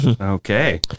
Okay